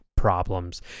Problems